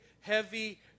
heavy